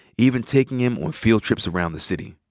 even taking him on field trips around the city.